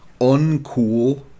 uncool